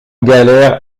galères